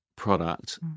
Product